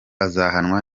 azahanwa